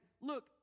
look